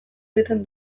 egiten